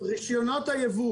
רישיונות הייבוא